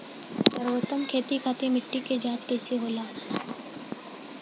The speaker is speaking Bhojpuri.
सर्वोत्तम खेती खातिर मिट्टी के जाँच कइसे होला?